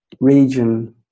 region